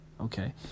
okay